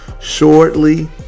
shortly